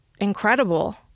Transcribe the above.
incredible